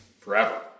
forever